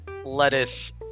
Lettuce